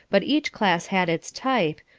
but each class had its type,